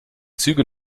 züge